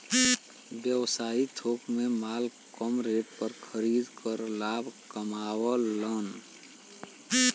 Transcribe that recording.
व्यवसायी थोक में माल कम रेट पर खरीद कर लाभ कमावलन